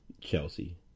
Chelsea